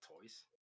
toys